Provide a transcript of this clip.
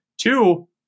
Two